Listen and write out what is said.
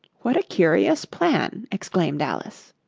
what a curious plan exclaimed alice.